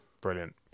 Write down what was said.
Brilliant